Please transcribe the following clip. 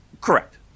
Correct